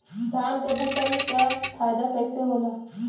धान क फसल क फायदा कईसे होला?